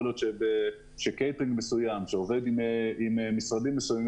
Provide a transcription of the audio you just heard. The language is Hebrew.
למשל קייטרינג שעובד עם משרדים מסוימים,